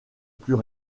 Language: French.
plus